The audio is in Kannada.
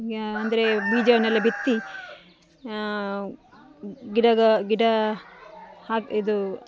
ಅಂದರೆ ಬೀಜವನ್ನೆಲ್ಲ ಬಿತ್ತಿ ಗಿಡಗ ಗಿಡ ಹಾಕಿ ಇದು